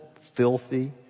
filthy